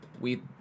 we-